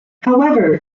however